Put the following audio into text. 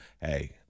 hey